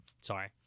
Sorry